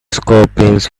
scorpions